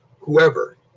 whoever